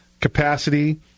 capacity